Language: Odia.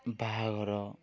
ବାହାଘର